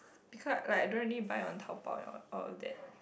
because like I don't really buy on Taobao and all that